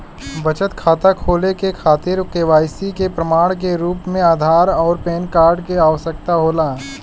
बचत खाता खोले के खातिर केवाइसी के प्रमाण के रूप में आधार आउर पैन कार्ड के आवश्यकता होला